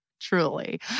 truly